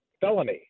felony